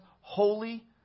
holy